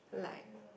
like